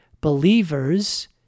believers